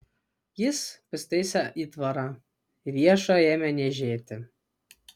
jis pasitaisė įtvarą riešą ėmė niežėti